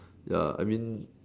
ya I mean